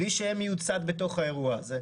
בלי שהם יהיו צד בתוך האירוע הזה,